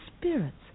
spirits